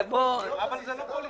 אבל זה לא פוליטי.